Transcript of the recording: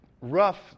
rough